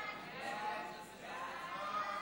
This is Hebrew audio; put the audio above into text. סעיפים 4